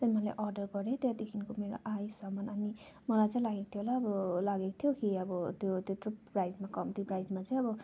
त्यहाँ मैले अर्डर गरेँ त्यहाँदेखिको मेरो आयो सामान अनि मलाई चाहिँ लागेको थियो होला अब लागेको थियो कि अब त्यो त्यत्रो प्राइजमा कम्ती प्राइजमा चाहिँ अब